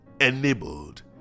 enabled